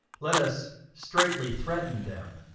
let us straitly threaten them,